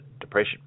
depression